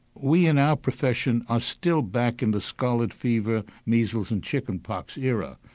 we in our profession are still back in the scarlet fever, measles and chickenpox era,